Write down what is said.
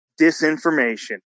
disinformation